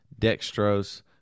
dextrose